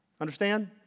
Understand